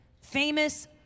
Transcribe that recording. famous